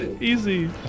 Easy